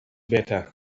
better